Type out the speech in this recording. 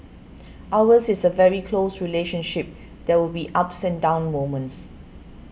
ours is a very close relationship there will be ups and down moments